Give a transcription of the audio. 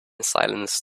silence